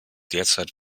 derzeit